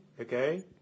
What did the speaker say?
okay